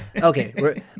Okay